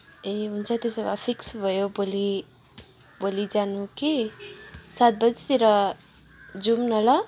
ए हुन्छ त्यसो भए फिक्स भयो भोलि भोलि जानु कि सात बजीतिर जाउँ न ल